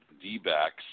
D-backs